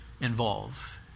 involve